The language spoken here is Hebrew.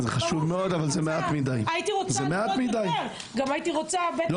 ברור שהייתי רוצה לראות --- זה מעט מידי.